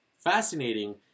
fascinating